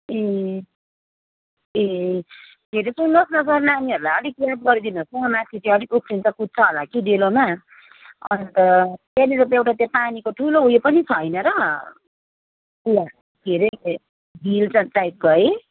ए ए के अरे त्यो लोक नगर नानीहरूलाई अलिक याद गरिदिनु होस् ल माथि त्यो अलिक उफ्रिन्छ कुद्छ होला कि डेलोमा अन्त त्यहाँनिर त्यो एउटा त्यो पानीको ठुलो उयो छ पनि छ होइन र कुवा के अरे झिल छ टाइपको है